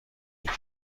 کشور